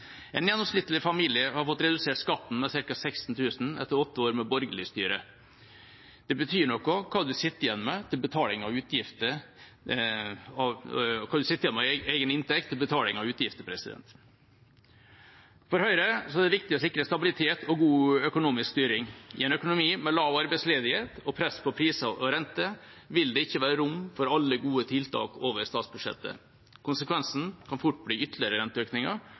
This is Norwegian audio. En gjennomsnittlig familie har fått redusert skatten med ca. 16 000 kr etter åtte år med borgerlig styre. Det betyr noe hva man sitter igjen med av egen inntekt til betaling av utgifter. For Høyre er det viktig å sikre stabilitet og god økonomisk styring. I en økonomi med lav arbeidsledighet og press på priser og renter vil det ikke være rom for alle gode tiltak over statsbudsjettet. Konsekvensen kan fort bli ytterligere renteøkninger